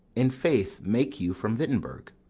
in faith, make you from wittenberg?